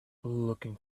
looking